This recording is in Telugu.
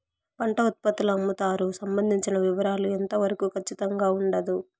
పంట ఉత్పత్తుల అమ్ముతారు సంబంధించిన వివరాలు ఎంత వరకు ఖచ్చితంగా ఉండదు?